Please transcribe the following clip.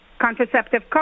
Contraceptive